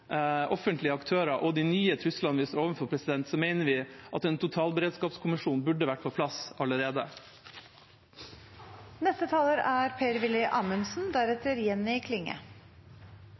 offentlige aktører og de nye truslene vi står overfor, mener vi at en totalberedskapskommisjon burde vært på plass allerede. Beredskap er